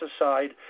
aside